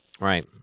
Right